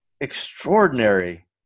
extraordinary